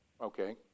Okay